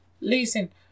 Listen